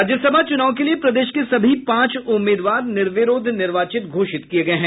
राज्यसभा चुनाव के लिये प्रदेश के सभी पांच उम्मीदवार निर्विरोध निर्वाचित घोषित किये गये हैं